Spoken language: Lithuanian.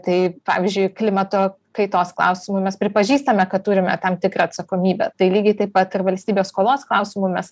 tai pavyzdžiui klimato kaitos klausimu mes pripažįstame kad turime tam tikrą atsakomybę tai lygiai taip pat ir valstybės skolos klausimu mes